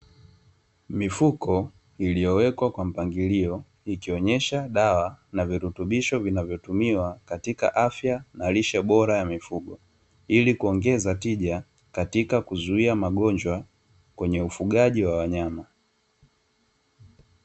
Mifuko iliyowekwa kwa mpangilio, ikionyesha dawa na virutubisho vinavyotumiwa katika afya na lishe bora ya mifugo, ili kuongeza tija katika kuzuia magonjwa kwenye ufugaji wa wanyama.